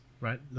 right